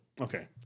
Okay